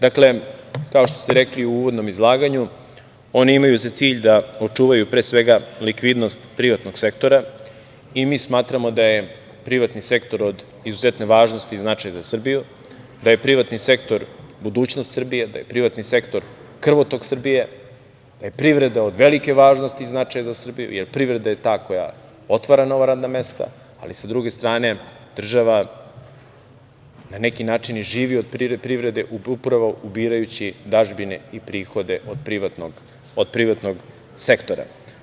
Dakle, kao što ste rekli u uvodnom izlaganju oni imaju za cilj da očuvaju pre svega likvidnost privatnog sektora i mi smatramo da je privatni sektor od izuzetne važnosti i značaja za Srbiju, da je privatni sektor budućnost Srbije, da je privatni sektor krvotok Srbije, da je privreda od velike važnosti i značaja za Srbiju, jer privreda je ta koja otvara nova radna mesta, ali sa druge strane država na neki način i živi od privrede upravo ubirajući dažbine i prihode od privatnog sektora.